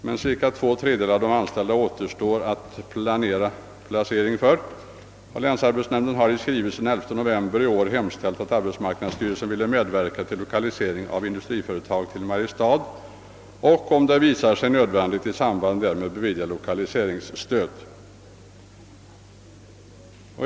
Men cirka två tredjedelar av de anställda återstår att planera placering för. Länsarbetsnämnden har i skrivelse av den 11 november i år hemställt »att arbetsmarknadsstyrelsen ville medverka till lokalisering av industriföretag till Mariestad och, om det visar sig nödvändigt, i samband därmed bevilja lokaliseringsstöd».